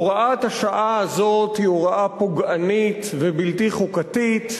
הוראת השעה הזאת היא הוראה פוגענית ובלתי חוקתית,